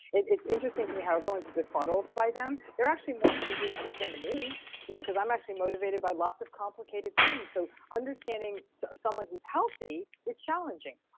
it's interesting to me how everyone's befuddled by them. they're actually more easy to understand than me you know because i'm actually motivated by lots of complicated things. so understanding so someone who's healthy is challenging.